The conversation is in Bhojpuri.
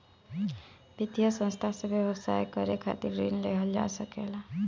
वित्तीय संस्था से व्यवसाय करे खातिर ऋण लेहल जा सकेला